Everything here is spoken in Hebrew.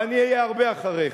ואני אהיה הרבה אחריך.